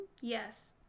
yes